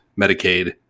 Medicaid